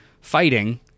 fighting